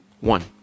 one